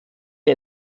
wir